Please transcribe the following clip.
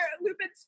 Lupin's